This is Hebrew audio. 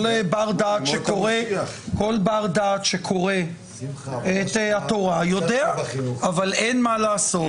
כל בר דעת שקורא את התורה יודע אבל אין מה לעשות